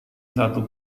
satu